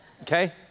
okay